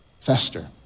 fester